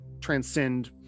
transcend